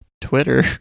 Twitter